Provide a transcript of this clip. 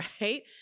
right